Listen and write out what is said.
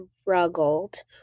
struggled